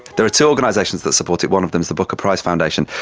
there are two organisations that support it, one of them is the booker prize foundation.